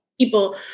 people